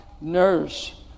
nurse